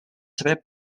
saber